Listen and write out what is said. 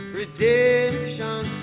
redemption